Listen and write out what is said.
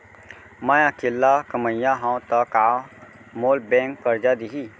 मैं अकेल्ला कमईया हव त का मोल बैंक करजा दिही?